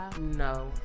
No